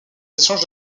échanges